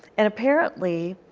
and, apparently,